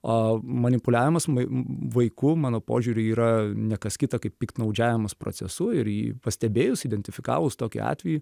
a manipuliavimas vaiku mano požiūriu yra ne kas kita kaip piktnaudžiavimas procesu ir jį pastebėjus identifikavus tokį atveju